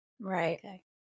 Right